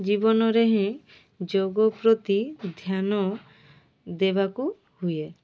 ଜୀବନରେ ହିଁ ଯୋଗ ପ୍ରତି ଧ୍ୟାନ ଦେବାକୁ ହୁଏ